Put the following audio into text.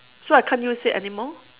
so I can't use it anymore